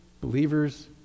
believers